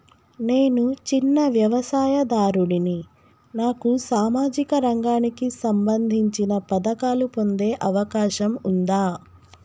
నేను చిన్న వ్యవసాయదారుడిని నాకు సామాజిక రంగానికి సంబంధించిన పథకాలు పొందే అవకాశం ఉందా?